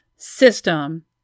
system